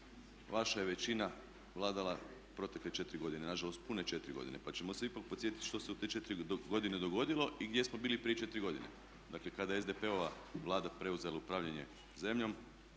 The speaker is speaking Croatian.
vaša je većina vladala protekle četiri godine, na žalost pune četiri godine, pa ćemo se ipak podsjetiti što se u te četiri godine dogodilo i gdje smo bili prije četiri godine. Dakle kada je SDP-ova Vlada preuzela upravljanje zemljom